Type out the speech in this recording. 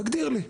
תגדיר לי.